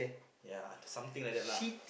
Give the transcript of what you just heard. ya something like that lah